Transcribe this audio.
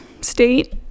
state